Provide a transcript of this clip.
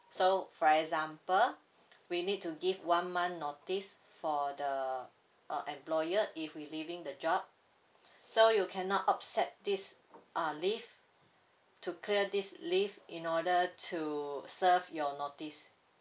so for example we need to give one month notice for the uh employer if we leaving the job so you cannot offset this uh leave to clear this leave in order to serve your notice